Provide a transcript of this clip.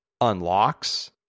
unlocks